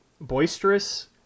boisterous